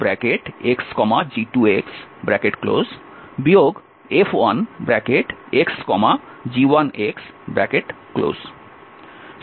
সুতরাং এটি ছিল F1xg2 F1xg1